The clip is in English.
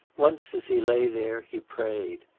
once, as he lay there, he prayed.